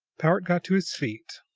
powart got to his feet.